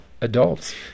adults